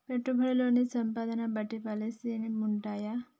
పెట్టుబడుల్లో సంపదను బట్టి పాలసీలు ఉంటయా?